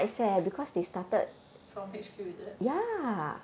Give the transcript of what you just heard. from H_Q is it